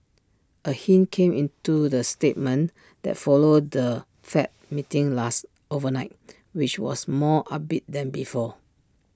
A hint came into the statement that followed the fed meeting last overnight which was more upbeat than before